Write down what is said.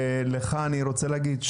ולך אני רוצה להגיד,